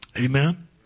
amen